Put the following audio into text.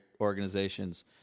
organizations